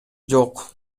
жок